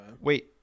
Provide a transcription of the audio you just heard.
Wait